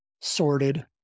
sorted